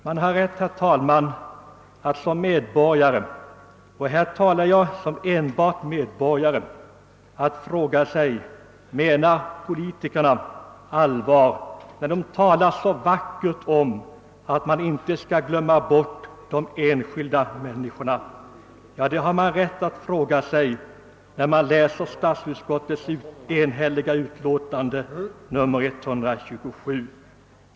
Man har rätt, herr talman, att som medborgare — här talar jag enbart som medborgare -— fråga sig: Menar politikerna allvar när de talar så vackert om att man inte skall glömma bort de enskilda människorna? Inte minst kan man undra det när man läser statsutskottets enhälliga utlåtande nr 127.